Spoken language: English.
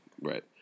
right